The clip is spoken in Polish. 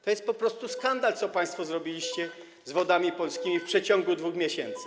To jest po prostu skandal, co państwo zrobiliście z Wodami Polskimi w przeciągu 2 miesięcy.